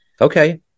Okay